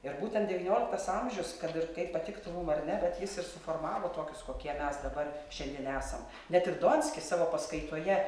ir būtent devynioliktas amžius kad ir kaip patiktų mum ar ne bet jis ir suformavo tokius kokie mes dabar šiandien esam net ir donskis savo paskaitoje